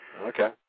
Okay